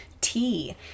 tea